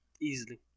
Easily